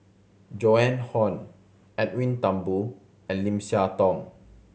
Joan Hon Edwin Thumboo and Lim Siah Tong